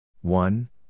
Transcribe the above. One